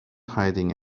hiding